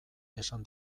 esan